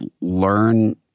learn